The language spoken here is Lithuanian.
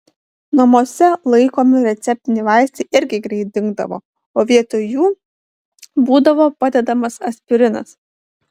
namuose laikomi receptiniai vaistai irgi greit dingdavo o vietoj jų būdavo padedamas aspirinas